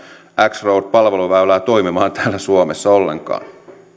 kymmenen road palveluväylää toimimaan täällä suomessa ollenkaan